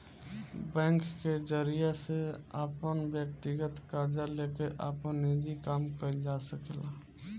bank के जरिया से अपन व्यकतीगत कर्जा लेके आपन निजी काम कइल जा सकेला